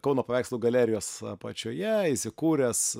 kauno paveikslų galerijos apačioje įsikūręs